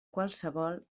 qualsevol